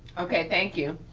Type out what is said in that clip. okay, thank you.